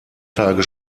tage